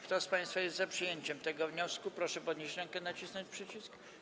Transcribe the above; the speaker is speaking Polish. Kto z państwa jest za przyjęciem tego wniosku, proszę podnieść rękę i nacisnąć przycisk.